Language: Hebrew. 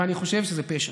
ואני חושב שזה פשע,